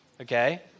okay